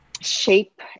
shape